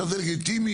זה לגיטימי,